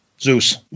Zeus